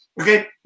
Okay